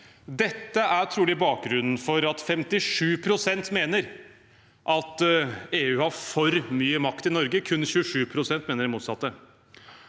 Dette er trolig bakgrunnen for at 57 pst. mener at EU har for mye makt i Norge, kun 27 pst. mener det motsatte,